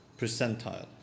percentile